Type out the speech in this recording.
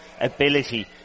ability